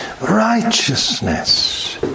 righteousness